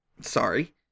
Sorry